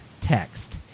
text